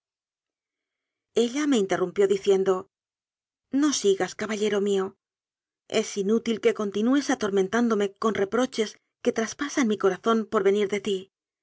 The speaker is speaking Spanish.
ella me interrumpió diciendo no sigas caba llero mío es inútil que continúes atormentándome con reproches que traspasan mi corazón por venir de ti